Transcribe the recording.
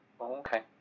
Okay